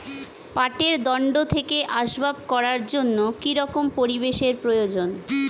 পাটের দণ্ড থেকে আসবাব করার জন্য কি রকম পরিবেশ এর প্রয়োজন?